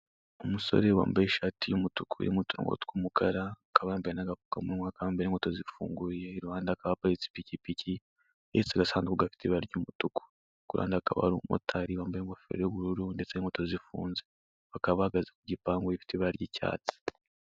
Umusore wambaye ishati y'umutuku irimo uturongo tw'umukara, akaba yambaye n'agapfukamunwa akaba yambaye n'inkweto zifunguye, iruhande hakaba haparitse ipikipiki, ndetse n'agasanduku gafite ibara ry'umutuku. Kuruhande hakaba hari umumotari, wambaye igofero y'ubururu ndetse n'inkweto zifunze. Bakaba bahagaze ku gipangu gifite ibara ry'icyatsi.